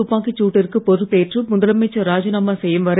துப்பாக்கிச் துட்டிற்கு பொறுப்பேற்று முதலமைச்சர் ராஜிநாமா செய்யும் வரை